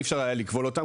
אי אפשר היה לכבול אותם,